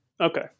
Okay